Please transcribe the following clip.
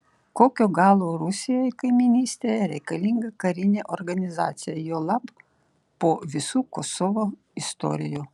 kokio galo rusijai kaimynystėje reikalinga karinė organizacija juolab po visų kosovo istorijų